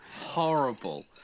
Horrible